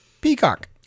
peacock